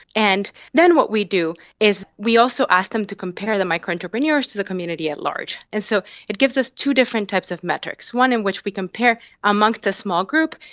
and then what we do is we also ask them to compare the micro entrepreneurs to the community at large. and so it gives us two different types of metrics, one in which we compare amongst a small group,